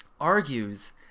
argues